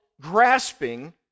grasping